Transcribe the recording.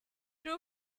two